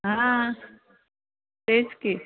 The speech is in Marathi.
हां तेच की